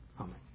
Amen